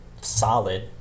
Solid